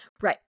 Right